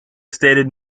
stated